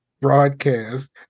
broadcast